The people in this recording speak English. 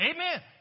Amen